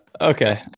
Okay